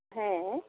ᱦᱮᱸᱻ